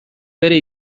bere